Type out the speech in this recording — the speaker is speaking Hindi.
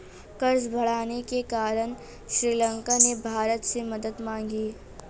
कर्ज बढ़ने के कारण श्रीलंका ने भारत से मदद मांगी